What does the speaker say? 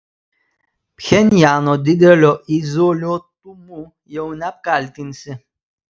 pchenjano dideliu izoliuotumu jau neapkaltinsi